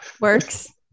Works